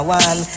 one